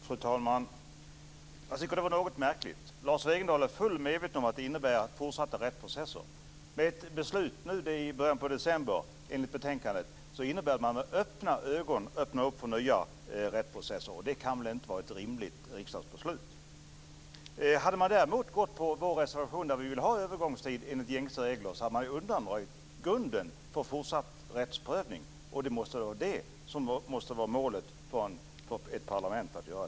Fru talman! Jag tycker att det här är något märkligt. Lars Wegendal är fullt medveten om att detta innebär fortsatta rättsprocesser. Men ett beslut enligt betänkandet innebär att man med öppna ögon öppnar för nya rättsprocesser, och det kan inte vara ett rimligt riksdagsbeslut? Hade man däremot gått på vår reservation, där vi vill ha en övergångstid enligt gängse regler, hade man undanröjt grunden för fortsatt rättsprövning. Det måste vara det som är målet för ett parlament att göra.